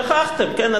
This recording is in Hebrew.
שכחתם, כן?